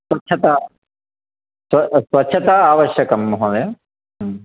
स्वच्छता स्वच्छता आवश्यकं महोदय